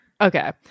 Okay